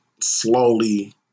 slowly